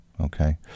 Okay